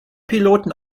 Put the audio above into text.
piloten